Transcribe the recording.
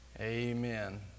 Amen